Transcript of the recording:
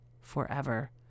forever